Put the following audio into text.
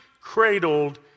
cradled